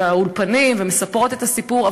באולפנים ומספרות את הסיפור,